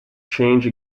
change